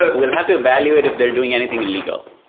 we'll have to evaluate if they're doing anything illegal.